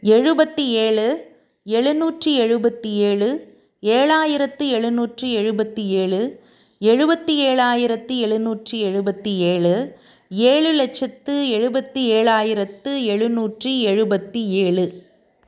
எழுபத்தி ஏழு எழுநூற்று எழுபத்தி ஏழு ஏழாயிரத்து எழுநூற்று எழுபத்தி ஏழு எழுபத்தி ஏழாயிரத்தி எழுநூற்று எழுபத்தி ஏழு ஏழு லட்சத்து எழுபத்தி ஏழாயிரத்து எழுநூற்று எழுபத்தி ஏழு